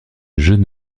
jeune